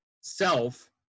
self